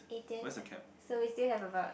eighteen so we still have about